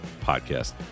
Podcast